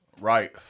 Right